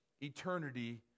eternity